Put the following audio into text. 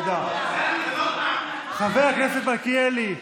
חבר הכנסת מלכיאלי,